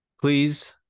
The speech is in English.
Please